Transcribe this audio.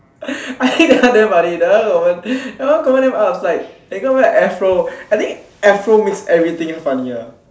I think that one damn funny that one that one confirm damn that guy wear a afro I think afro makes everything funnier